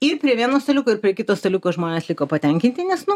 ir prie vieno staliuko ir prie kito staliuko žmonės liko patenkinti nes nu